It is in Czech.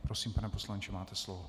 Prosím, pane poslanče, máte slovo.